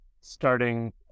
starting